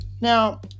Now